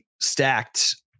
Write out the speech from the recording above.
stacked